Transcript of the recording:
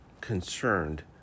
concerned